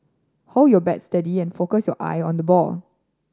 hold your bat steady and focus your eye on the ball